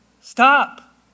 Stop